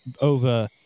over